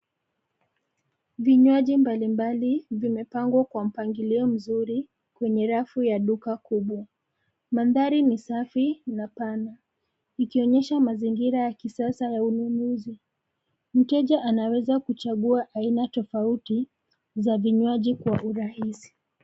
Vinywaji mbalimbali vimepangwa kwa mpangilio mzuri kwenye rafu ya duka kubwa. Mandhari ni safi na pana, ikionyesha mazingira ya kisasa ya ununuzi. Mteja anaweza kuchagua aina tofauti za vinywaji kwa urahisi.